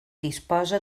disposa